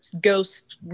ghost